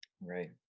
Right